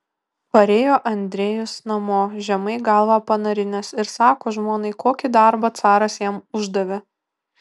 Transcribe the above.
parėjo andrejus namo žemai galvą panarinęs ir sako žmonai kokį darbą caras jam uždavė